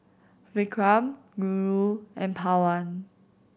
vikram Guru and Pawan